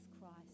Christ